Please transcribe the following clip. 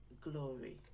glory